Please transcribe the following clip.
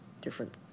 different